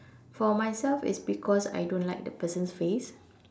for myself it's because I don't like the person's face